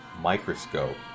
microscope